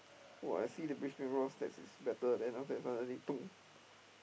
!wah! I see the Brisbane-Roar stats is better then after that suddenly